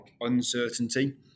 uncertainty